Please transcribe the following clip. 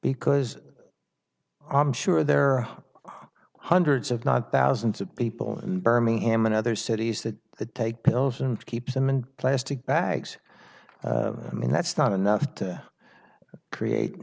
because i'm sure there are hundreds of not thousands of people in birmingham and other cities that to take pills and keep them in plastic bags i mean that's not enough to create